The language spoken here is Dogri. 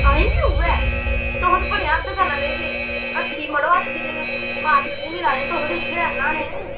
ऐहीं बी उऐ तुस ते भलेआं हद्द करन लग्गी पे अस्सी मड़ो मार्किट च मिला दे तुस इत्थें दस्सा दे